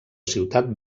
ciutat